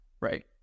right